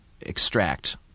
extract